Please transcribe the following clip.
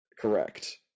Correct